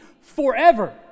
forever